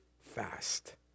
fast